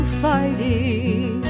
fighting